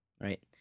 right